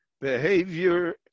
Behavior